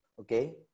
okay